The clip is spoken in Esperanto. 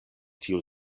tiu